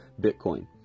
Bitcoin